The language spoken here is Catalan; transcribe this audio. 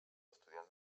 estudiants